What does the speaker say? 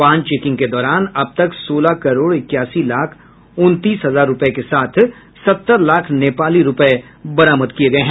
वाहन चेकिंग के दौरान अब तक सोलह करोड़ इकयासी लाख उनतीस हजार रुपये के साथ सत्तर लाख नेपाली रूपये बरामद किये गये हैं